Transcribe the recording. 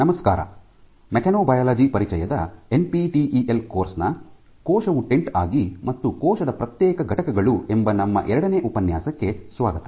ನಮಸ್ಕಾರ ಮೆಕ್ಯಾನೊಬಯಾಲಜಿ ಪರಿಚಯದ N P T E L course ನ ನಮ್ಮ ಎರಡನೇ ಉಪನ್ಯಾಸಕ್ಕೆ ಸ್ವಾಗತ